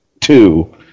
two